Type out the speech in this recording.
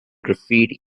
graffiti